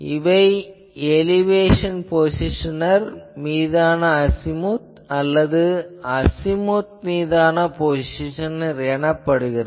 இவை elevation positioner மீதான azimuth அல்லது அசிமுத் மீதான பொசிசனர் எனப்படுகின்றது